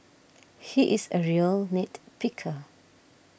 he is a real nit picker